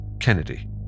Kennedy